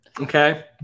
Okay